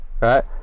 right